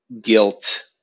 guilt